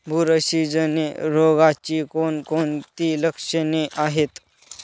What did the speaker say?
बुरशीजन्य रोगाची कोणकोणती लक्षणे आहेत?